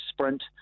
sprint